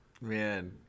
Man